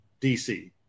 DC